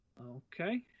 Okay